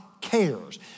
cares